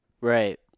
Right